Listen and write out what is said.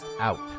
out